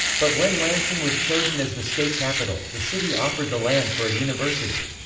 but when lansing was chosen as the state capital, the city offered the land for a university.